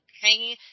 hanging